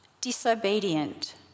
disobedient